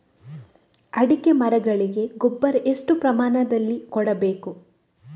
ಅಡಿಕೆ ಮರಗಳಿಗೆ ಗೊಬ್ಬರ ಎಷ್ಟು ಪ್ರಮಾಣದಲ್ಲಿ ಕೊಡಬೇಕು?